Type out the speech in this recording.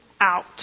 out